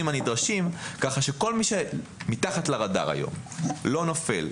הנדרשים כך שכל מי שמתחת לרדאר היום לא נופל,